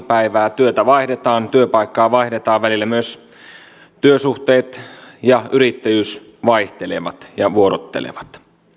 päivää työtä vaihdetaan työpaikkaa vaihdetaan välillä myös työsuhteet ja yrittäjyys vaihtelevat ja vuorottelevat